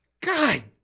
God